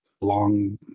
long